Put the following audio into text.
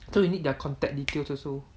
so we need their contact details also